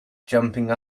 jumping